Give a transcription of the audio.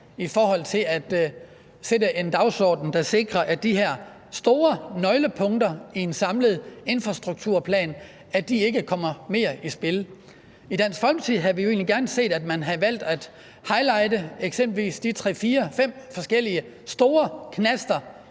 i forhold til at sætte en dagsorden, der sikrer, at de her store nøglepunkter i en samlet infrastrukturplan kommer mere i spil. I Dansk Folkeparti havde vi jo egentlig gerne set, at man havde valgt at highlighte eksempelvis de tre-fire-fem forskellige store knaster,